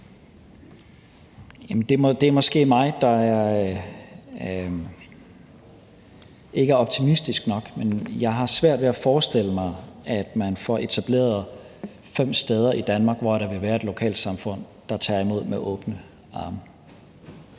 Det er måske mig, der ikke er optimistisk nok, men jeg har svært ved at forestille mig, at man får etableret fem steder i Danmark, hvor der vil være et lokalsamfund, der tager imod med åbne arme.